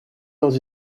leurs